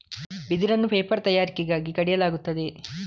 ಬಿದಿರನ್ನು ಪೇಪರ್ ತಯಾರಿಕೆಗಾಗಿ ಕಡಿಯಲಾಗುತ್ತದೆ